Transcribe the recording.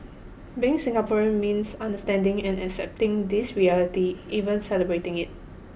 being Singaporean means understanding and accepting this reality even celebrating it